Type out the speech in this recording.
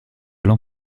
l’an